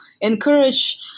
encourage